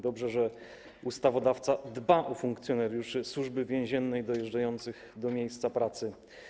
Dobrze, że ustawodawca dba o funkcjonariuszy Służby Więziennej dojeżdżających do miejsca pracy.